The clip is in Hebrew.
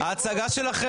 ההצגה.